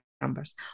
numbers